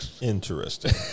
Interesting